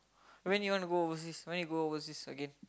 when you want to go overseas when you go overseas again